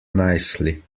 nicely